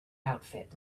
outfit